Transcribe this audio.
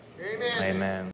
Amen